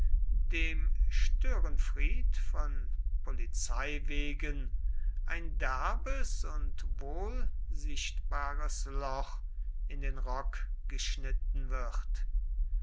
dem störenfried von polizei wegen ein derbes und wohl sichtbares loch in den rock geschnitten wird